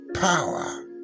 power